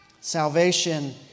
Salvation